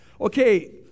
Okay